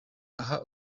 aha